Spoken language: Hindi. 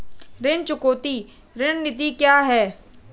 ऋण चुकौती रणनीति क्या है?